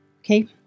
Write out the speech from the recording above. okay